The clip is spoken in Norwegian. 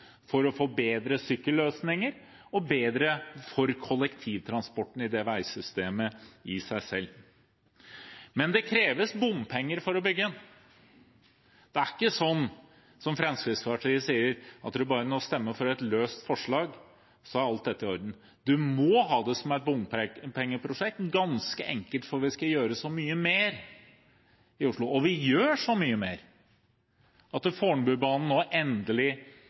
for å få bedre sykkelløsninger og for å bedre kollektivtransporten i det veisystemet i seg selv. Men det kreves bompenger for å bygge. Det er ikke slik som Fremskrittspartiet sier, at bare man stemmer for et løst forslag, så er alt dette i orden. Man må ha det som et bompengeprosjekt, ganske enkelt fordi vi skal gjøre så mye mer i Oslo. Og vi gjør så mye mer. Fornebubanen er nå endelig